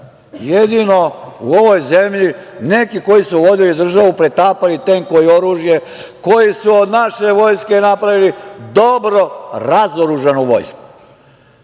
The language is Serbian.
u ovoj zemlji neki koji su vodili državu, pretapali tenkove i oružje, koji su od naše vojske napravili dobro razoružanu vojsku.